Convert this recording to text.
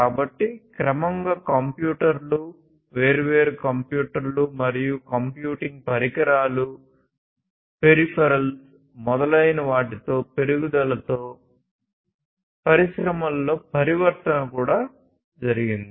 కాబట్టి క్రమంగా కంప్యూటర్లు వేర్వేరు కంప్యూటర్లు మరియు కంప్యూటింగ్ పరికరాలు పెరిఫెరల్స్ మొదలైన వాటి పెరుగుదలతో పరిశ్రమలలో పరివర్తన కూడా జరిగింది